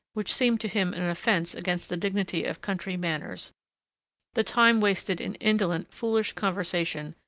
which seemed to him an offence against the dignity of country manners the time wasted in indolent, foolish conversation,